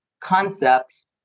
concepts